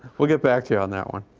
we'll get back to you on that one.